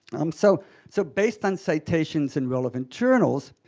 um so so based on citations in relevant journals,